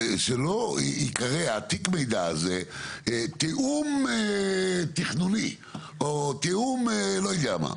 שלא ייקרא תיק המידע הזה תיאום תכנוני או תיאום לא יודע מה?